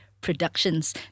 Productions